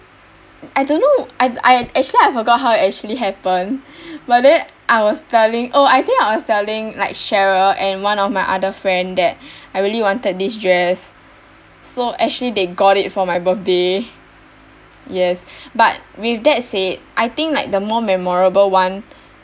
I don't know I I actually I forgot how it actually happened but then I was telling oh I think I was telling like cheryl and one of my other friend that I really wanted this dress so they actually got it for my birthday yes but with that said I think like the more memorable one